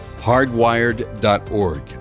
hardwired.org